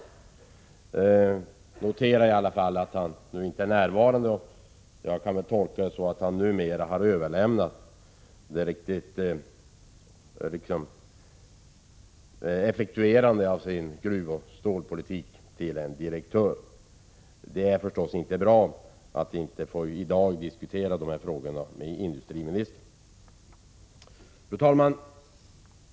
Jag noterar i alla fall att han nu inte är närvarande och kan kanske tolka detta så, att han numera har överlämnat effektuerandet av sin gruvoch stålpolitik till en direktör. Det är förstås inte bra att vi i dag inte får diskutera dessa frågor med industriministern. Fru talman!